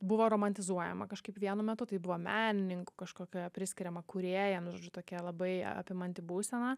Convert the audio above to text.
buvo romantizuojama kažkaip vienu metu tai buvo menininkų kažkokioje priskiriama kūrėjam tokia labai apimanti būsena